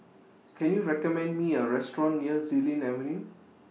Can YOU recommend Me A Restaurant near Xilin Avenue